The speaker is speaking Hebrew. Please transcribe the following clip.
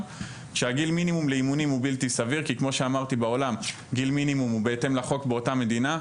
חוק הספורט של הפדרציה גובר על התקנות והחוקים של המדינה.